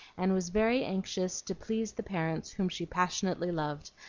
and was very anxious to please the parents whom she passionately loved,